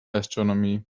astronomy